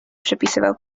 przepisywał